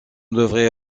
devrait